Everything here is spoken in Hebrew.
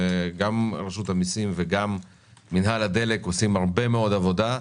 וגם רשות המסים וגם מינהל הדלק עושים עבודה רבה,